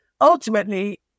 ultimately